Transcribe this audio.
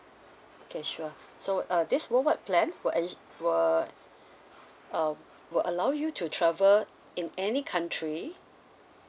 okay sure so uh this worldwide plan will are you will uh will allow you to travel in any country